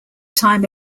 time